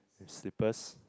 slippers